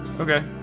Okay